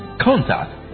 contact